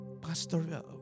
Pastor